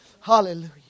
Hallelujah